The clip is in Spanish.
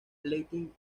latin